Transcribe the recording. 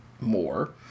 more